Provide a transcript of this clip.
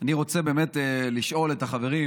אני רוצה באמת לשאול את החברים,